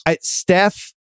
Steph